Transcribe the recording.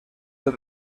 del